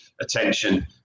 attention